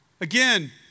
Again